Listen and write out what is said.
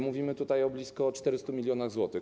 Mówimy tutaj o blisko 400 mln zł.